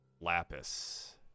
Lapis